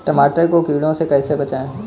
टमाटर को कीड़ों से कैसे बचाएँ?